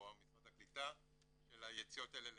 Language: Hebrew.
או משרד הקליטה של היציאות האלה לירידים,